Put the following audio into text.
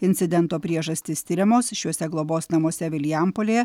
incidento priežastys tiriamos šiuose globos namuose vilijampolėje